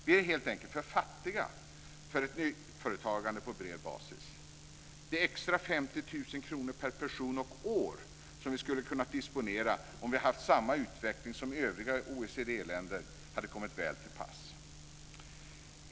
Vi är helt enkelt för fattiga för ett nyföretagande på bred basis. De extra 50 000 kr per person och år som vi skulle kunnat disponera om vi haft samma utveckling som övriga OECD-länder hade kommit väl till pass.